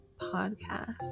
Podcast